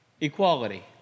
equality